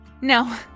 No